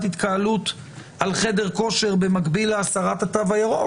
התקהלות על חדר כושר במקביל להסרת התו הירוק,